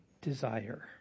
desire